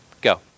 Go